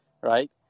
right